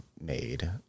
made